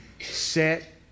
set